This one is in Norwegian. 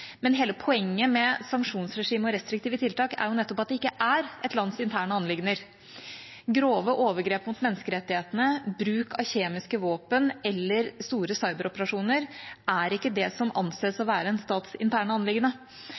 Men hele poenget med sanksjonsregimet og restriktive tiltak er nettopp at det ikke er et lands interne anliggender. Grove overgrep mot menneskerettighetene, bruk av kjemiske våpen eller store cyberoperasjoner er ikke det som anses å være en stats interne anliggende.